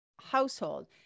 household